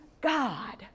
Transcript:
God